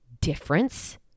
difference